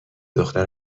دختر